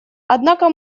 однако